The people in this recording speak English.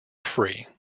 free